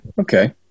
Okay